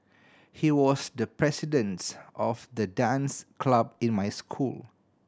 he was the presidents of the dance club in my school